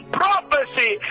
prophecy